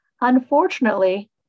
Unfortunately